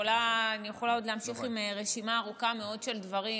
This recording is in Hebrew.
אני יכולה עוד להמשיך עם רשימה ארוכה מאוד של דברים,